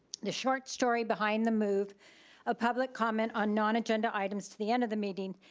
the short story behind the move, of public comment on non agenda items to the end of the meeting,